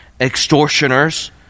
extortioners